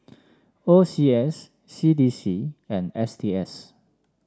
O C S C D C and S T S